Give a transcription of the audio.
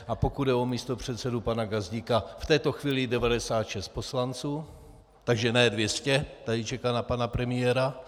A pokud jde o místopředsedu pana Gazdíka v této chvíli 96 poslanců, takže ne dvě stě, tady čeká na pana premiéra.